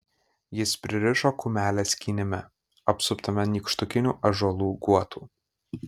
jis pririšo kumelę skynime apsuptame nykštukinių ąžuolų guotų